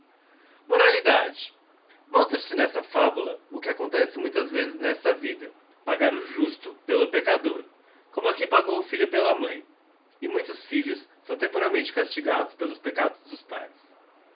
moralidade mostra-se nesta fabula o que acontece muitas vezes nesta vida pagar o justo pelo peccador como aqui pagou o fillio pela mãi e muitos filhos sao temporalmente castigados pelos peccados dos paes